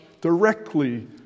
directly